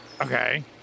Okay